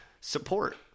support